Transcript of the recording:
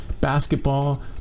basketball